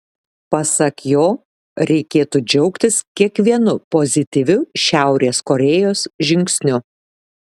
pasak jo reikėtų džiaugtis kiekvienu pozityviu šiaurės korėjos žingsniu